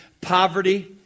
poverty